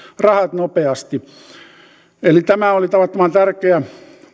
rahat nopeasti tämä oli tavattoman tärkeä